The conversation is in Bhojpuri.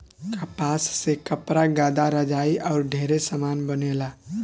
कपास से कपड़ा, गद्दा, रजाई आउर ढेरे समान बनेला